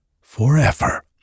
forever